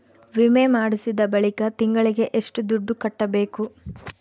ವಿಮೆ ಮಾಡಿಸಿದ ಬಳಿಕ ತಿಂಗಳಿಗೆ ಎಷ್ಟು ದುಡ್ಡು ಕಟ್ಟಬೇಕು?